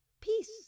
peace